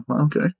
okay